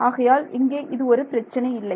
ஆகையால் இங்கே இது ஒரு பிரச்சனை இல்லை